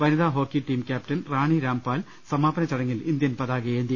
വനിതാ hockey team captain Rani Rampal സമാ പന ചടങ്ങിൽ ഇന്ത്യൻ പതാകയേന്തി